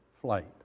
flight